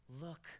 look